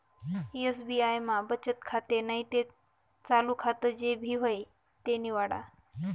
SBI मा बचत खातं नैते चालू खातं जे भी व्हयी ते निवाडा